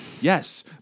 Yes